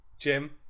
Jim